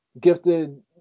gifted